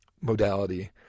modality